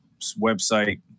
website